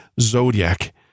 zodiac